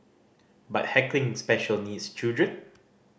but heckling special needs children